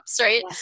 right